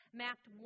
mapped